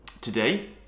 Today